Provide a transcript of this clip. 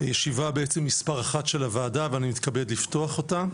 ישיבה בעצם מספר 1 של הוועדה ואני מתכבד לפתוח אותה.